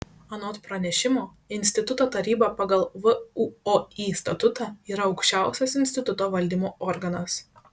anot pranešimo instituto taryba pagal vuoi statutą yra aukščiausias instituto valdymo organas